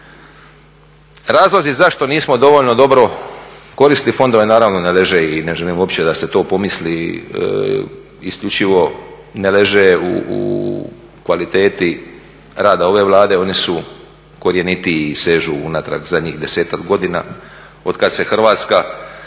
Razlozi zašto nismo dovoljno dobro koristili fondove, naravno ne leže i ne želim uopće da se to pomisli, isključivo ne leže u kvaliteti rada ove Vlade, oni su korjenitiji i sežu unatrag zadnjih desetak godina od kad se Hrvatska